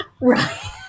Right